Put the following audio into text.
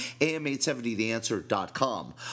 am870theanswer.com